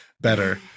better